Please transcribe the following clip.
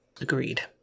Agreed